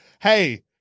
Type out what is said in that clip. hey